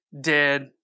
dead